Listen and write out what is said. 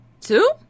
Two